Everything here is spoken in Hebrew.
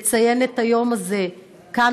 לציין את היום הזה כאן,